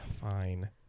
fine